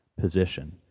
position